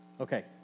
okay